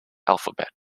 alphabet